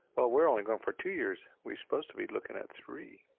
well, we're only going for two years, we're supposed to be looking at three.